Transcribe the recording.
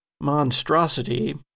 monstrosity